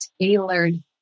tailored